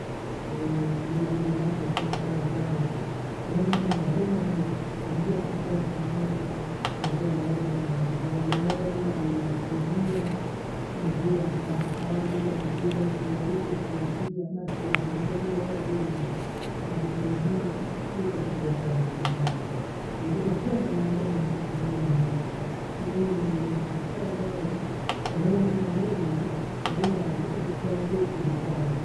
Ehee, ima ule mdaha tesina swala zwangu. Wenamanya emanye wenzi akakosa weonka wezi waauma. Wawe na moyo wa imani wansaidia mwezi wa- aka- akawa namatatizo nkhala iki nkanaki abaki anasinde nimeoa nemanye. Ukamsaidia kuliko kuomghosha roho mbaya. Lumbiza kila mwanadamu ayo na imani na mimi nami naakili chai jangu. Kwahela mehoweni nihuyo naimani ili kudae kukivitaja.